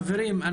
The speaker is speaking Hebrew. חברים,